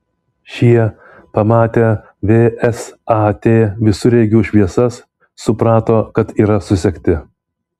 šie pamatę vsat visureigių šviesas suprato kad yra susekti